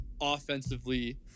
offensively